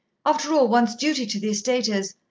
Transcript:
after all, one's duty to the estate is.